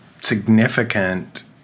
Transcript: significant